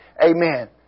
Amen